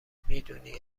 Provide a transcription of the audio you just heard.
میدونی